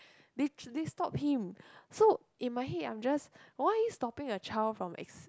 they tr~ they stop him so in my head I'm just why are you stopping a child from ex~